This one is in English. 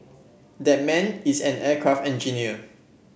that man is an aircraft engineer